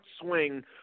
swing